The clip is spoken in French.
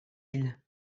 île